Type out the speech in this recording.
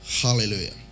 Hallelujah